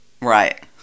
right